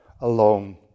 alone